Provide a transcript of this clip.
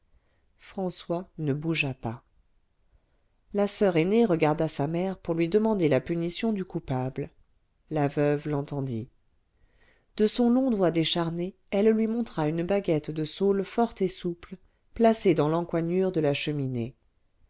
françois ne bougea pas la soeur aînée regarda sa mère pour lui demander la punition du coupable la veuve l'entendit de son long doigt décharné elle lui montra une baguette de saule forte et souple placée dans l'encoignure de la cheminée